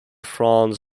franz